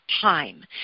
time